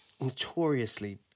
notoriously